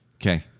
Okay